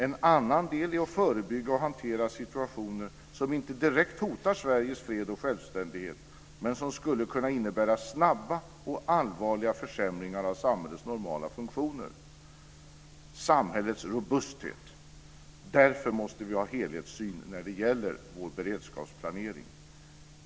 En annan del är att förebygga och hantera situationer som inte direkt hotar Sveriges fred och självständighet, men som skulle kunna innebära snabba och allvarliga försämringar av samhällets normala funktioner - samhällets robusthet. Därför måste vi ha en helhetssyn när det gäller vår beredskapsplanering.